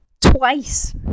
Twice